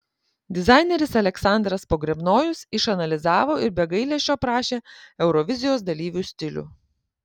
dizaineris aleksandras pogrebnojus išanalizavo ir be gailesčio aprašė eurovizijos dalyvių stilių